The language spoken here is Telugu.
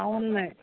అవును మేడ్